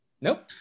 nope